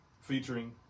featuring